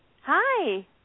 Hi